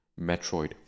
Metroid